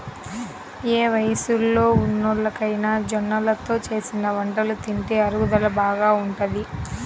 ఏ వయస్సులో ఉన్నోల్లకైనా జొన్నలతో చేసిన వంటలు తింటే అరుగుదల బాగా ఉంటది